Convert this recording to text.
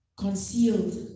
concealed